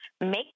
make